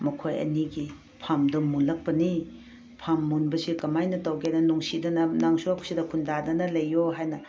ꯃꯈꯣꯏ ꯑꯅꯤꯒꯤ ꯐꯝꯗꯨ ꯃꯨꯜꯂꯛꯄꯅꯤ ꯐꯝ ꯃꯨꯟꯕꯁꯤ ꯀꯃꯥꯏꯅ ꯇꯧꯒꯦꯗ ꯅꯨꯡꯁꯤꯗꯅ ꯅꯪꯁꯨ ꯁꯤꯗ ꯈꯨꯟꯗꯥꯗꯅ ꯂꯩꯌꯨ ꯍꯥꯏꯅ